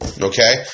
okay